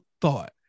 thought